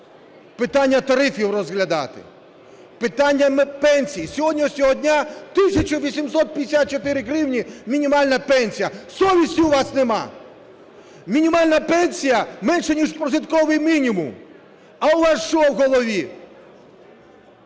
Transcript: питання тарифів розглядати, питання пенсій. З сьогоднішнього дня 1854 гривні – мінімальна пенсія. Совісті у вас нема! Мінімальна пенсія менша, ніж прожитковий мінімум. А у вас що в голові